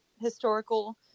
historical